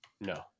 No